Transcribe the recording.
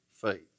faith